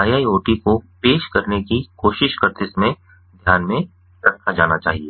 IIoT को पेश करने की कोशिश करते समय ध्यान में रखा जाना चाहिए